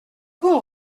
bon